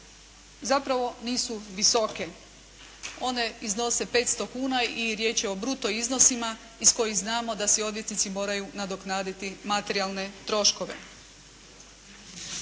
zapravo nisu visoke. One iznose 500 kn i riječ je o bruto iznosima iz kojih znamo da svi odvjetnici moraju nadoknaditi materijalne troškove.